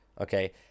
okay